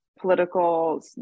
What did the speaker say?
political